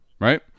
right